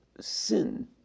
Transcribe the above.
sin